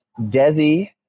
Desi